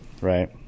right